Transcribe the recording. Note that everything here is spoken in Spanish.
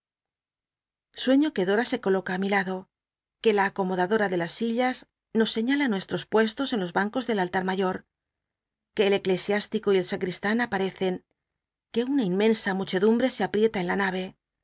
sueño que dora se coloca á mi lado que la acomodadora de las sillas nos señala nuestros puestos en los bancos del allar mayor que el eclesiástico y el sacristan aparecen que una inmensa muchedumbre se aprieta en la nave